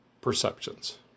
perceptions